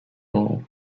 hall